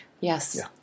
Yes